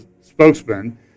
spokesman